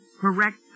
correct